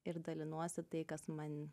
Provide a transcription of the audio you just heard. ir dalinuosi tai kas man